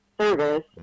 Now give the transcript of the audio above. service